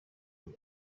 ubu